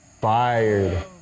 Fired